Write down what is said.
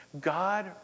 God